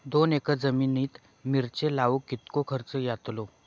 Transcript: दोन एकर जमिनीत मिरचे लाऊक कितको खर्च यातलो?